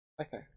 Okay